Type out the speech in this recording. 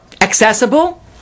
accessible